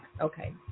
Okay